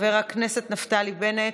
חבר הכנסת נפתלי בנט,